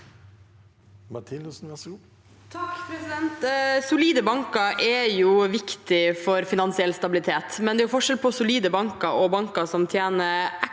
Solide banker er viktig for finansiell stabilitet, men det er forskjell på solide banker og banker som tjener ekstra